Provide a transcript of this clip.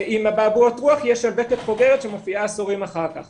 עם אבעבועות רוח יש שלבקת חוגרת שמופיעה עשורים אחר כך.